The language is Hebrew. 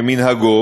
כמנהגו,